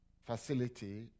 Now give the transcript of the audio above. facility